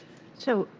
so,